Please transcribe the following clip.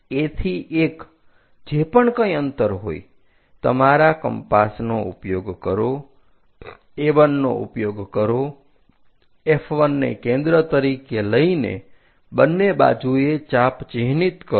A થી 1 જે પણ કંઈ અંતર હોય તમારા કંપાસ નો ઉપયોગ કરો A1 નો ઉપયોગ કરો F 1 ને કેન્દ્ર તરીકે લઈને બંને બાજુએ ચાપ ચિહ્નિત કરો